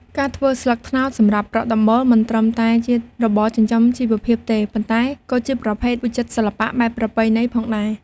ការធ្វើ ស្លឹកត្នោតសម្រាប់ប្រក់ដំបូល មិនត្រឹមតែជារបរចិញ្ចឹមជីវភាពទេ ប៉ុន្តែក៏ជាប្រភេទវិចិត្រសិល្បៈបែបប្រពៃណីផងដែរ។